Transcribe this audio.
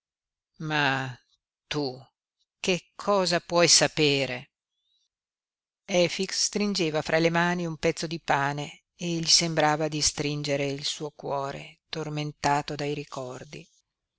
ma tu che cosa puoi sapere efix stringeva fra le mani un pezzo di pane e gli sembrava di stringere il suo cuore tormentato dai ricordi